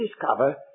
discover